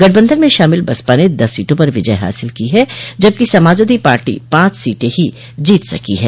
गठबंधन में शामिल बसपा ने दस सीटों पर विजय हासिल की है जबकि समाजवादी पार्टी पांच सीटें ही जीत सकी है